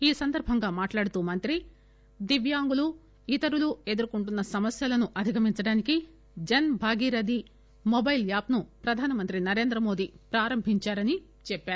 ఈ సందర్బంగా మాట్లాడుతూ మంత్రి దివ్యాంగులు ఇతరులు ఎదుర్కొంటున్న సమస్యలను అధిగమించేందుకు జన్ భాగిదారీ మొబైల్ యాప్ ను ప్రధానమంత్రి నరేంద్రమోదీ ప్రారంభించారని చెప్పారు